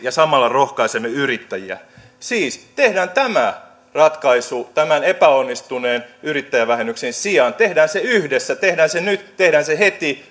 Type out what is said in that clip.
ja samalla rohkaisemme yrittäjiä siis tehdään tämä ratkaisu tämän epäonnistuneen yrittäjävähennyksen sijaan tehdään se yhdessä tehdään se nyt tehdään se heti